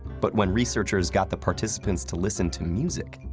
but when researchers got the participants to listen to music,